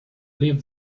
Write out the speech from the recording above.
leave